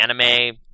anime